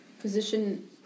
Position